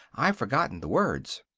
i've forgotten the words.